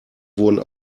wurden